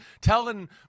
telling